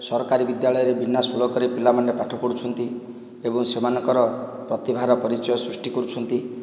ସରକାରୀ ବିଦ୍ୟାଳୟରେ ବିନା ସୁରକ୍ଷାରେ ପିଲାମାନେ ପାଠ ପଢ଼ୁଛନ୍ତି ଏବଂ ସେମାନଙ୍କର ପ୍ରତିଭାର ପରିଚୟ ସୃଷ୍ଟି କରୁଛନ୍ତି